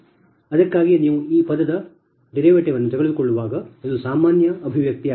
ಅದಕ್ಕಾಗಿಯೇ ನೀವು ಈ ಪದದ ವ್ಯುತ್ಪನ್ನವನ್ನು ತೆಗೆದುಕೊಳ್ಳುವಾಗ ಇದು ಸಾಮಾನ್ಯ ಅಭಿವ್ಯಕ್ತಿಯಾಗಿದೆ